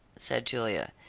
said julia.